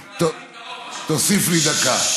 תוסיף לי דקה.